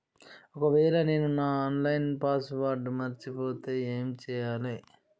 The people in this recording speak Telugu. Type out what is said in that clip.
ఒకవేళ నేను నా ఆన్ లైన్ పాస్వర్డ్ మర్చిపోతే ఏం చేయాలే?